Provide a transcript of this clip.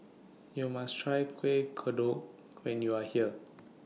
YOU must Try Kueh Kodok when YOU Are here